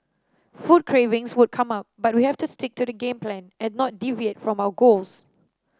food cravings would come up but we have to stick to the game plan and not deviate from our goals